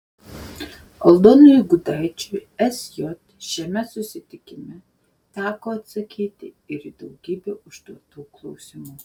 aldonui gudaičiui sj šiame susitikime teko atsakyti ir į daugybę užduotų klausimų